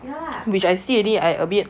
which I see already I a bit